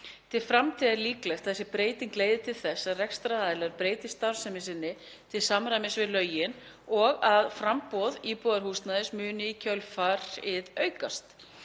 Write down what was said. Til framtíðar er líklegt að þessi breyting leiði til þess að rekstraraðilar breyti starfsemi sinni til samræmis við lögin og að framboð íbúðarhúsnæðis muni í kjölfarið aukast.